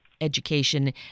education